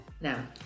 Now